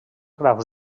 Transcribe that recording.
graus